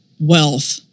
wealth